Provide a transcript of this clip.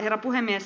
herra puhemies